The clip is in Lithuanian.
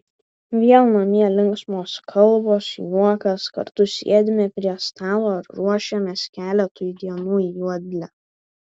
vėl namie linksmos kalbos juokas kartu sėdime prie stalo ir ruošiamės keletui dienų į juodlę